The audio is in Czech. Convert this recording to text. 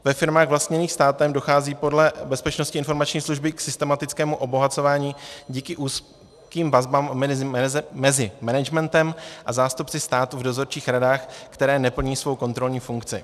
Ve firmách vlastněných státem dochází podle Bezpečnostní informační služby k systematickému obohacování díky úzkým vazbám mezi managementem a zástupci státu v dozorčích radách, které neplní svou kontrolní funkci.